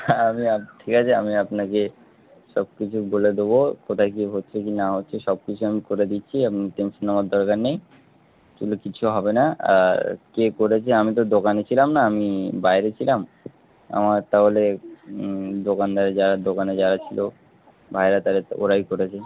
হ্যাঁ আমি আপ ঠিক আছে আমি আপনাকে সব কিছু বলে দেবো কোথায় কী হচ্ছে কি না হচ্ছে সব কিছু আমি করে দিচ্ছি আপনি টেনশন নেওয়ার দরকার নেই চুলে কিছু হবে না আর কে করেছে আমি তো দোকানে ছিলাম না আমি বাইরে ছিলাম আমার তাহলে দোকানদারে যারা দোকানে যারা ছিল ভাইয়েরা তাহলে ওরাই করেছে